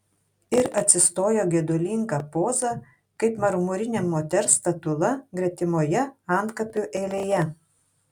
ir atsistojo gedulinga poza kaip marmurinė moters statula gretimoje antkapių eilėje